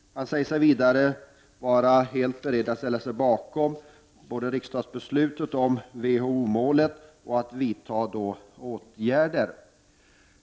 Han säger sig vidare vara helt beredd att ställa sig bakom riksdagsbeslutet om WHO-målet och att vidta åtgärder.